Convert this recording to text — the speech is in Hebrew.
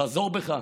חזור בך.